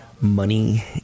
money